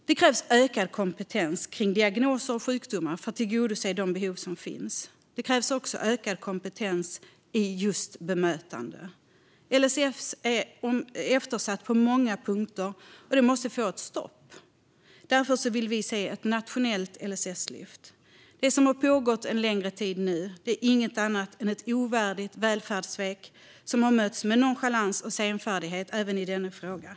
Det krävs ökad kompetens kring diagnoser och sjukdomar för att tillgodose de behov som finns. Det krävs också ökad kompetens i just bemötande. LSS är eftersatt på många punkter, och detta måste få ett stopp. Därför vill vi se ett nationellt LSS-lyft. Det som har pågått en längre tid är inget annat än ett ovärdigt välfärdssvek som har bemötts med nonchalans och senfärdighet även i denna fråga.